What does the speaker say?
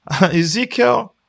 Ezekiel